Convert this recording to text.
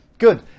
Good